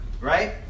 Right